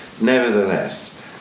Nevertheless